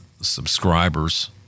subscribers